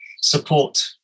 support